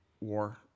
war